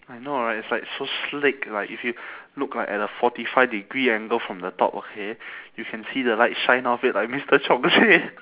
I know right it's like so sleek like if you look like at a forty five degree angle from the top okay you can see the light shine off it like mister chong's head